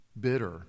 bitter